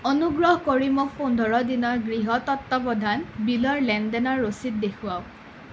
অনুগ্ৰহ কৰি মোক পোন্ধৰ দিনৰ গৃহ তত্বাৱধান বিলৰ লেনদেনৰ ৰচিদ দেখুৱাওক